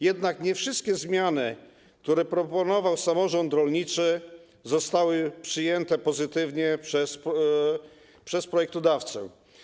Jednak nie wszystkie zmiany, które proponował samorząd rolniczy, zostały przyjęte pozytywnie przez projektodawcę.